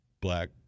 Black